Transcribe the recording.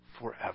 forever